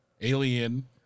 Alien